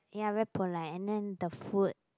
ya very polite and then the food